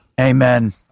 Amen